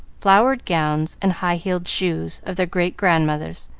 flowered gowns, and high-heeled shoes of their great-grandmothers,